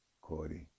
Cordy